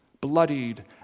bloodied